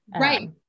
Right